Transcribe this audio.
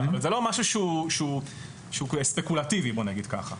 זה לא משהו שהוא ספקולטיבי, בוא נגיד כך.